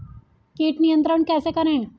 कीट नियंत्रण कैसे करें?